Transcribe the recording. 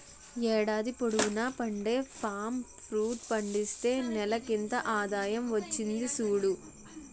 ఏడాది పొడువునా పండే పామ్ ఫ్రూట్ పండిస్తే నెలకింత ఆదాయం వచ్చింది సూడు